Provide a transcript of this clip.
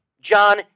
John